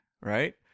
Right